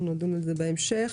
נדון על זה בהמשך.